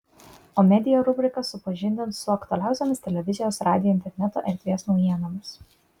o media rubrika supažindins su aktualiausiomis televizijos radijo interneto erdvės naujienomis